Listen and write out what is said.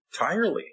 entirely